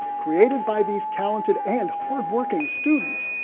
created by these talented and hardworking students,